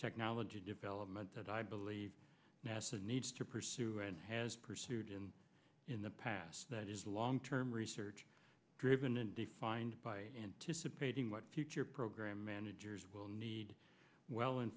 technology development that i believe nasa needs to pursue and has pursued in in the past that is long term research driven and defined by anticipating what future program managers will need well in